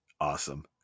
Awesome